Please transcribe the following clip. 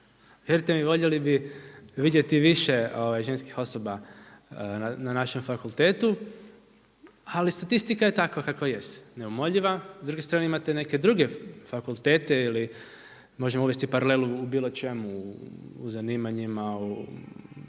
Vjerujte mi, voljeli bi vidjeti više ženskih osoba na našem fakultetu ali statistika je takva kakva jest neumoljiva. S druge strane imate neke druge fakultete ili možemo uvesti paralelu u bilo čemu u zanimanjima, u